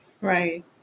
Right